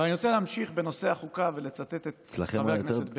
אבל אני רוצה להמשיך בנושא החוקה ולצטט את חבר הכנסת בגין.